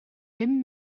bum